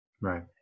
Right